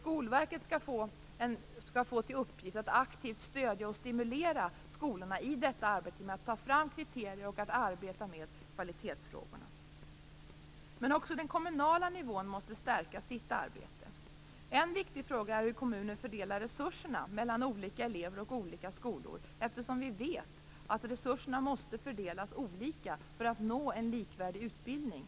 Skolverket skall få till uppgift att aktivt stödja och stimulera skolorna i arbetet med att ta fram kriterier och i arbetet med kvalitetsfrågorna. Även den kommunala nivån måste stärka sitt arbete. En viktig fråga är hur kommunen fördelar resurserna mellan olika elever och olika skolor. Vi vet ju att resurserna måste fördelas olika för att nå en likvärdig utbildning.